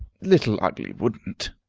little ugly would'nt!